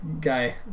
Guy